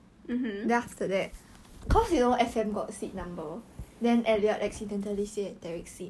and like 他怕我还是什么我不懂为什么他怕我 lah 我都没有见过你你做什么会怕我